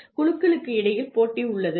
குழுக்களுக்கு இடையில் போட்டி உள்ளது